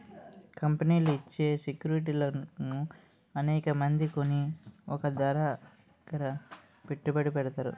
కంపెనీలు ఇచ్చే సెక్యూరిటీలను అనేకమంది కొని ఒక దగ్గర పెట్టుబడి పెడతారు